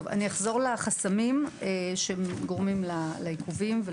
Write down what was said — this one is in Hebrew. טוב, אני אחזור לחסמים שגורמים לעיכובים.